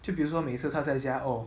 就比如说每一次他在家 oh